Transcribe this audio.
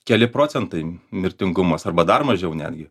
keli procentai mirtingumas arba dar mažiau netgi